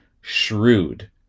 shrewd